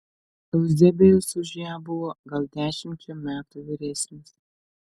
euzebijus už ją buvo gal dešimčia metų vyresnis